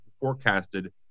forecasted